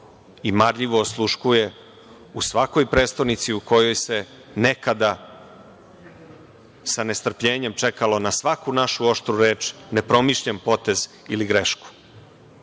i marljivo osluškuje u svakoj prestonici u kojoj se nekada sa nestrpljenjem čekalo na svaku našu oštru reč, nepromišljen potez ili grešku. Danas,